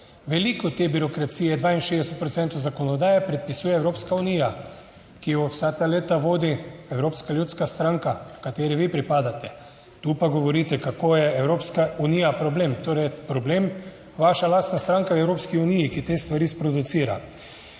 Veliko te birokracije, 62 procentov zakonodaje predpisuje Evropska unija, ki jo vsa ta leta vodi Evropska ljudska stranka, kateri vi pripadate, tu pa govorite, kako je Evropska unija problem. Torej je problem vaša lastna stranka v Evropski uniji, ki te stvari sproducira.